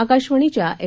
आकाशवाणीच्या एफ